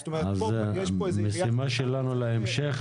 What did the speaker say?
זאת משימה שלנו להמשך.